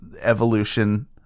evolution